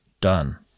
done